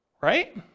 right